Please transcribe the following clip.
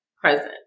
present